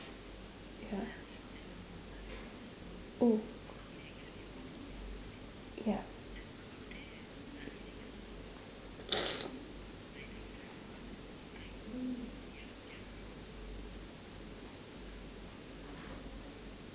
oh yup